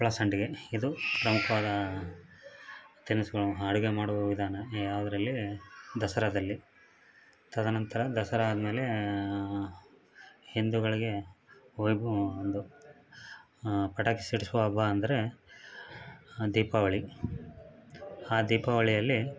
ಹಪ್ಪಳ ಸಂಡಿಗೆ ಇದು ಪ್ರಮುಖವಾದ ತಿನಿಸುಗಳು ಅಡುಗೆ ಮಾಡೋ ವಿಧಾನ ಯಾವುದ್ರಲ್ಲಿ ದಸರಾದಲ್ಲಿ ತದನಂತರ ದಸರಾ ಆದ ಮೇಲೆ ಹಿಂದೂಗಳಿಗೆ ವೈಭವ ಒಂದು ಪಟಾಕಿ ಸಿಡಿಸುವ ಹಬ್ಬ ಅಂದರೆ ದೀಪಾವಳಿ ಆ ದೀಪಾವಳಿಯಲ್ಲಿ